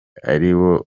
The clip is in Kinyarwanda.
ariwo